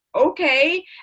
okay